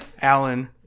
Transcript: Alan